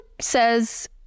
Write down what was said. says